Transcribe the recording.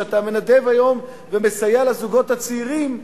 שאתה מנדב היום ומסייע לזוגות הצעירים,